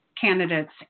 candidates